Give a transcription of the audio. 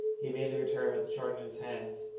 he immediately returned with the chart in his hands.